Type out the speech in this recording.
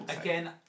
again